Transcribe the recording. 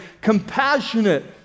compassionate